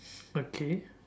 okay